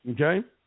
Okay